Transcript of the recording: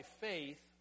faith